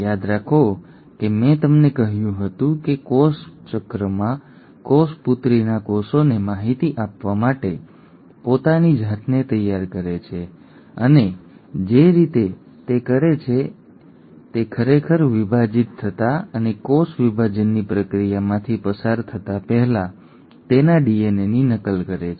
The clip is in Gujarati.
યાદ રાખો કે મેં તમને કહ્યું હતું કે કોષચક્રમાં કોષ પુત્રીના કોષોને માહિતી આપવા માટે પોતાની જાતને તૈયાર કરે છે અને જે રીતે તે કરે છે તે એ છે કે તે ખરેખર વિભાજિત થતા અને કોષ વિભાજનની પ્રક્રિયામાંથી પસાર થતા પહેલા તેના ડીએનએની નકલ કરે છે